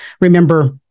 Remember